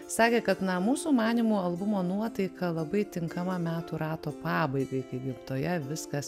sakė kad na mūsų manymu albumo nuotaika labai tinkama metų rato pabaigai gamtoje viskas